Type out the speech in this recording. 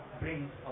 brings